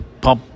pop